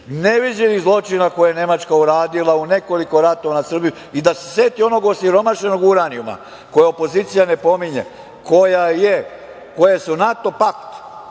neviđenih zločina koje je Nemačka uradila u nekoliko ratova nad Srbijom i da se seti onog osiromašenog uranijuma, koji opozicija ne pominje, koji je NATO pakt